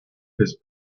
his